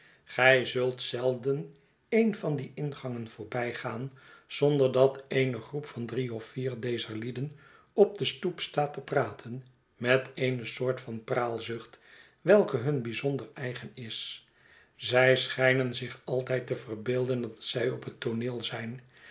gij zult zelden een van die ingangen voorbijgaan zonder dat eene groep van drie of vier dezer lieden op de stoep staat te praten met eene soort van praalzucht welke hun bijzonder eigen is zij schijnen zich altijd te verbeelden dat zij op het tooneel zijn